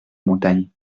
montagne